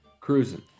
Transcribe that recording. cruising